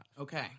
Okay